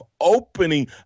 opening